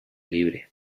libre